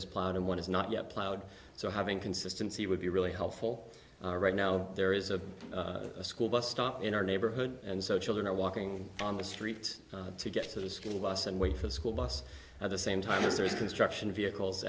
is plowed and one is not yet plowed so having consistency would be really helpful right now there is a school bus stop in our neighborhood and so children are walking on the street to get to the school bus and wait for the school bus at the same time as there is construction vehicles